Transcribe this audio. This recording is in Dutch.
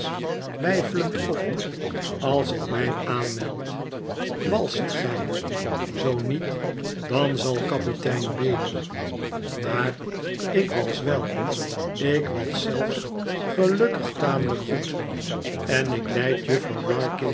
weifelend op als ik mij aanmeld waist gij zoo niet dan zal kapitein bailey maar ik wals wel ik wals zelfs gelukkig tamelijk goed en ik leid